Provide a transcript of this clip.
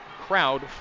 crowd